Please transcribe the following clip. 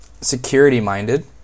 Security-minded